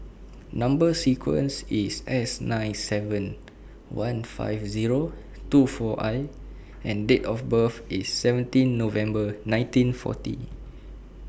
Number sequence IS S nine seven one five Zero two four I and Date of birth IS seventeen November nineteen forty